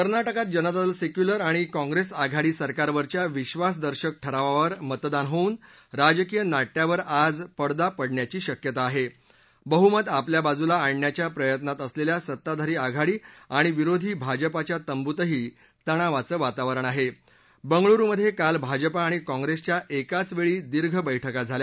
कर्नाटकात जनतादल संख्युलर आणि काँग्रस्तीआघाडी सरकारवरच्या विद्वासदर्शक ठरावावर मतदान होऊन राजकीय नाट्यावर आज पडदा पडण्याची शक्यता आह प्रहुमत आपल्या बाजूला आणण्याच्या प्रयत्नात असलल्खा सत्ताधारी आघाडी आणि विरोधी भाजपाच्या तंबूतही तणावाचं वातावरण आहा ब्रेंगळूरु मधक्रिाल भाजपा आणि काँग्रस्तिया एकाचवळी दीर्घ बैठका झाल्या